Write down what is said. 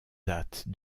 dates